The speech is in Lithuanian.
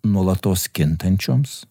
nuolatos kintančioms